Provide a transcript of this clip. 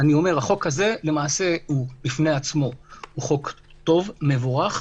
החוק הזה בפני עצמו הוא חוק טוב ומבורך,